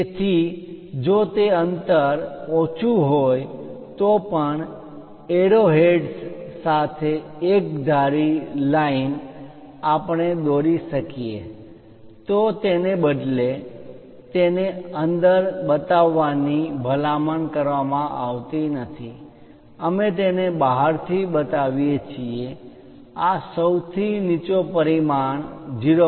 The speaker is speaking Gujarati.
તેથી જો તે અંતર ઓછું હોય તો પણ એરોહેડ્સ સાથે એકધારી લાઇન રેખા line આપણે દોરી શકીએ તો તેને બદલે તેને અંદર બતાવવા ની ભલામણ કરવામાં આવતી નથી અમે તેને બહારથી બતાવીએ છીએ આ સૌથી નીચો પરિમાણ ઓછા મુલ્યનો પરિમાણ 0